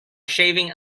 shaving